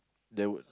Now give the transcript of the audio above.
there would